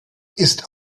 ist